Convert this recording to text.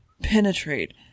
penetrate